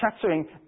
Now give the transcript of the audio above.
chattering